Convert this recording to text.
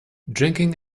drinking